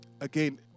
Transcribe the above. again